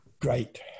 Great